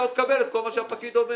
אתה אמרת לו: תקבל את כל מה שהפקיד אומר.